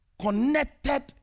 connected